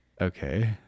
okay